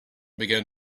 began